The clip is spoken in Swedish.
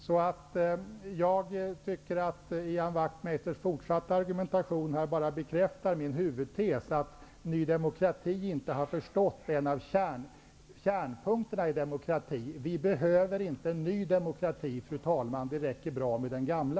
Så jag tycker att Ian Wachtmeisters fortsatta argumentation bara bekräftar min huvudtes, att Ny demokrati inte har förstått en av kärnpunkterna i demokrati. Vi behöver inte en ny demokrati, fru talman, det räcker bra med den gamla.